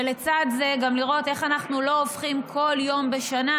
ולצד זה גם לראות איך אנחנו לא הופכים כל יום בשנה